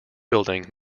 building